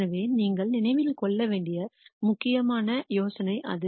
எனவே நீங்கள் நினைவில் கொள்ள வேண்டிய முக்கியமான யோசனை அது